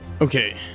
Okay